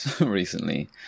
recently